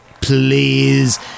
please